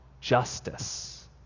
justice